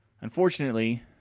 unfortunately